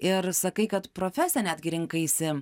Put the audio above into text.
ir sakai kad profesiją netgi rinkaisi